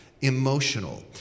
emotional